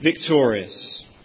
victorious